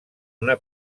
una